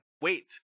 Wait